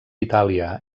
itàlia